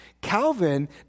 Calvin